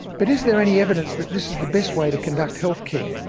but is there any evidence that this is the best way to conduct health care?